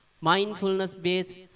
Mindfulness-based